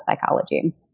psychology